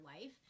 life